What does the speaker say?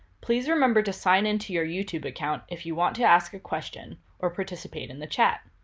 please remember to sign into your youtube account if you want to ask a question or participate in the chat.